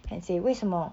and say 为什么